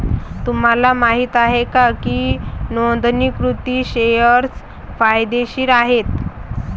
तुम्हाला माहित आहे का की नोंदणीकृत शेअर्स फायदेशीर आहेत?